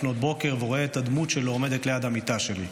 לפנות בוקר ורואה את הדמות שלו עומדת ליד המיטה שלי.